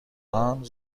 زود